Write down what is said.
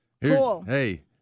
hey